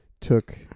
took